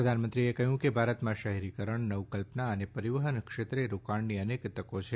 પ્રધાનમંત્રીએ કહ્યું કે ભારતમાં શહેરીકરણ નવકલ્પના અને પરીવહન ક્ષેત્રે રોકાણની અનેક તકો છે